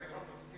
אני לא מסכים.